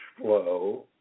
flow